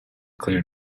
clear